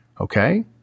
Okay